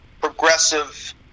progressive